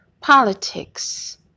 politics